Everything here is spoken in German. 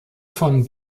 von